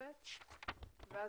קודם כל,